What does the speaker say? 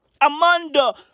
Amanda